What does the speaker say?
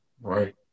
Right